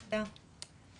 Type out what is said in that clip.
תודה.